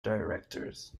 directors